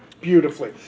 beautifully